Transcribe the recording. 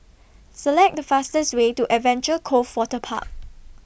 Select The fastest Way to Adventure Cove Waterpark